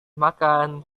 makan